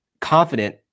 confident